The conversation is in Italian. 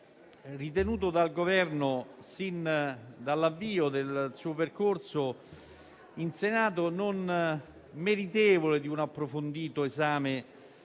ritenuto dal Governo, sin dall'avvio del suo percorso in Senato, non meritevole di un approfondito esame